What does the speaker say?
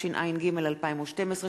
התשע"ג 2012,